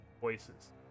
voices